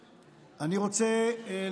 אני רוצה לשאול אתכם,